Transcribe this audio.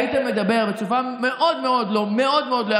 היית מדבר בצורה מאוד מאוד לא יפה.